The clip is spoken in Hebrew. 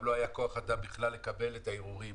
גם שלא היה כוח אדם בכלל לקבל את הערעורים